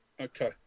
Okay